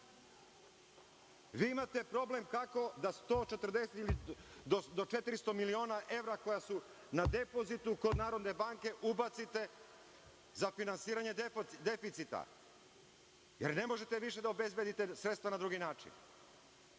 imate problem, kako do 400 miliona evra, koja su na depozitu kod Narodne banke, ubacite za finansiranje deficita, jer ne možete više da obezbedite sredstva na drugi način.